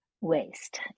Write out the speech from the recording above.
waste